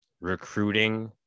recruiting